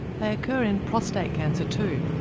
they occur in prostate cancer too.